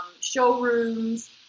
showrooms